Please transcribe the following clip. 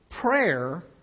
prayer